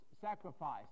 sacrifice